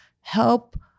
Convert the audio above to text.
help